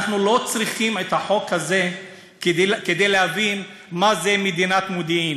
אנחנו לא צריכים את החוק הזה כדי להבין מה זה מדינת מודיעין,